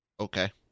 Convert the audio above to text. Okay